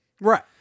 right